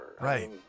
Right